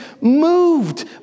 moved